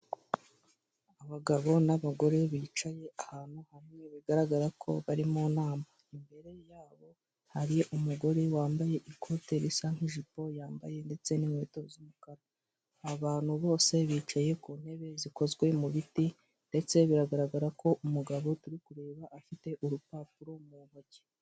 Abagabo n'abagore bicaye ahantu hamwe bigaragara ko bari mu nama imbere yabo hari umugore wambaye ikote risa nkijipo yambaye ndetse n'inkweto z'umukara abantu bose bicaye ku ntebe zikozwe mu biti ndetse biragaragara ko umugabo turi kureba afite urupapuro mu ntoki .